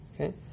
Okay